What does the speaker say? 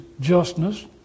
justness